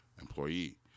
employee